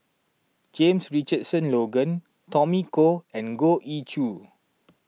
James Richardson Logan Tommy Koh and Goh Ee Choo